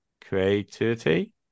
creativity